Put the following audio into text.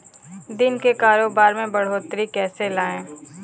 दिन के कारोबार में बढ़ोतरी कैसे लाएं?